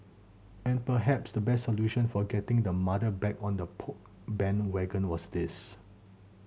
and perhaps the best solution for getting the mother back on the Poke bandwagon was this